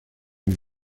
une